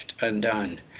undone